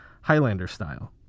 Highlander-style